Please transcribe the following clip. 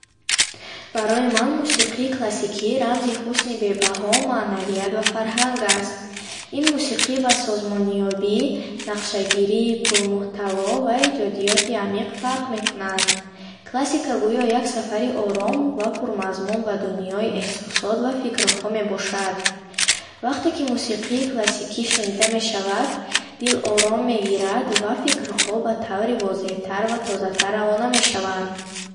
Барои ман мусиқии классикӣ рамзи ҳусни бебаҳо, маънавият ва фарҳанг аст. Ин мусиқӣ бо созмонёбӣ, нақшагирии пурмуҳтаво ва эҷодиёти амиқ фарқ мекунад. Классика гӯё як сафари ором ва пурмазмун ба дунёи эҳсосот ва фикрҳо мебошад. Вақте ки мусиқии классикӣ шунида мешавад, дил ором мегирад ва фикрҳо ба таври возеҳтар ва тозатар равона мешаванд.